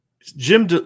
Jim